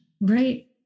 Right